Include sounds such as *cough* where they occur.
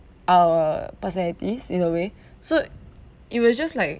our personalities in a way *breath* so it will just like